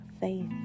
faith